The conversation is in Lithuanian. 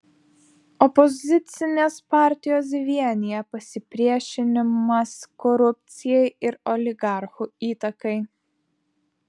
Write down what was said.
opozicines partijas vienija pasipriešinimas korupcijai ir oligarchų įtakai